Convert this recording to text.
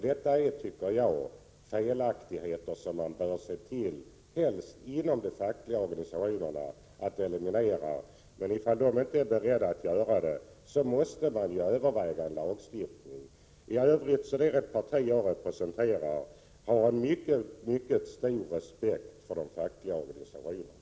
Det är, anser jag, felaktigheter som organisationerna helst själva bör se till att eliminera. Men ifall de inte är beredda att göra det, måste man överväga en lagstiftning. I övrigt har det parti som jag representerar mycket stor respekt för de fackliga organisationerna.